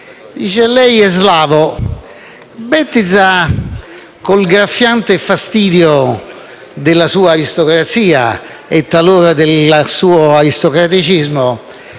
pagine: lei è slavo? Bettiza, con il graffiante fastidio della sua aristocrazia e, talora, del suo aristocraticismo